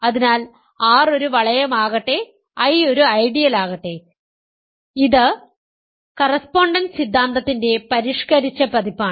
അതിനാൽ R ഒരു വളയം ആകട്ടെ I ഒരു ഐഡിയലാകട്ടെ ഇത് കറസ്പോണ്ടൻസ് സിദ്ധാന്തത്തിന്റെ പരിഷ്കരിച്ച പതിപ്പാണ്